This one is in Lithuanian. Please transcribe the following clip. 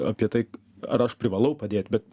apie tai ar aš privalau padėt bet